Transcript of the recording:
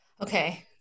Okay